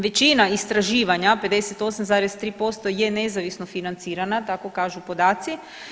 Većina istraživanja, 58,3% je nezavisno financirana, tako kažu podaci.